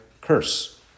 curse